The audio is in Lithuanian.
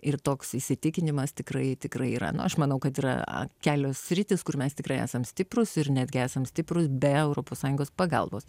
ir toks įsitikinimas tikrai tikrai yra nu aš manau kad yra kelios sritys kur mes tikrai esam stiprūs ir netgi esam stiprūs be europos sąjungos pagalbos